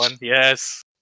Yes